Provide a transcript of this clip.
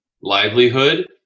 livelihood